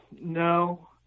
no